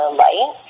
light